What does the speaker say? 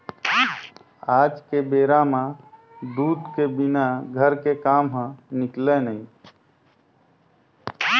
आज के बेरा म दूद के बिना घर के काम ह निकलय नइ